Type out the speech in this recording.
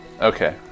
Okay